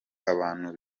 abantu